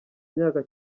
myaka